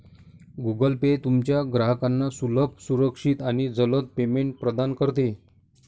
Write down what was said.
Google Pay तुमच्या ग्राहकांना सुलभ, सुरक्षित आणि जलद पेमेंट प्रदान करते